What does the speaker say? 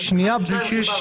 על אחת ושתיים דיברנו.